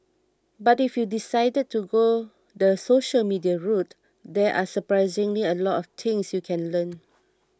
but if you decided to go the social media route there are surprisingly a lot of things you can learn